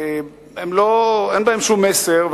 ואין בהם שום מסר.